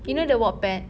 you know the wattpad